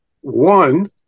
one